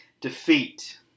defeat